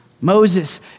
Moses